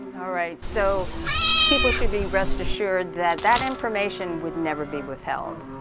alright so people should be rest assured that that information would never be withheld.